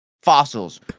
Fossils